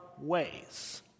ways